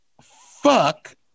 fuck